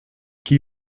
chi